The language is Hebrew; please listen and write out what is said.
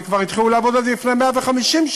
כי כבר התחילו לעבוד על זה לפני 150 שנה.